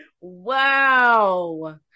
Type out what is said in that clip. Wow